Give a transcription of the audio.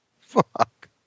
Fuck